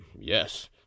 Yes